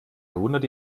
verwundert